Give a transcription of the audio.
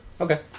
Okay